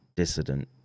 dissident